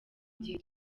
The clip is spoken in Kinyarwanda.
gihe